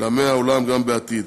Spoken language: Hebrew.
לעמי העולם גם בעתיד.